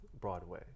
Broadway